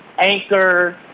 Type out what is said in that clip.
Anchor